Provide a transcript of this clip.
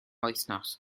wythnos